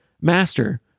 Master